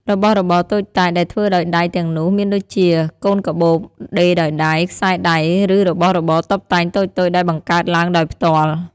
របស់របរតូចតាចដែលធ្វើដោយដៃទាំងនោះ មានដូចជា កូនកាបូបដេរដោយដៃ ខ្សែដៃ ឬរបស់របរតុបតែងតូចៗដែលបង្កើតឡើងដោយផ្ទាល់។